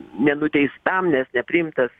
nenuteistam nes nepriimtas